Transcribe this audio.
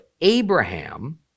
Abraham